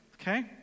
okay